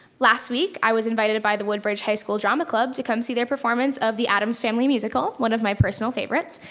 last week, i was invited by the woodbridge high school drama club to come see their performance of the addams family musical, one of my personal favorites.